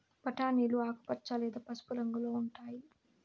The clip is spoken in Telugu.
బఠానీలు ఆకుపచ్చ లేదా పసుపు రంగులో ఉంటాయి